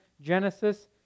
Genesis